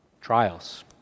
Trials